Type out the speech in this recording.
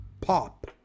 pop